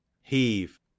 Heave